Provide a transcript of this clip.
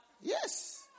Yes